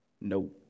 No